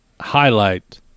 highlight